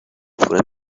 پورنگ